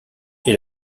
est